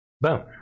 boom